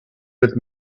with